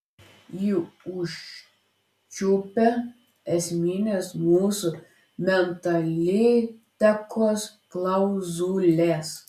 ji užčiuopia esmines mūsų mentaliteto klauzules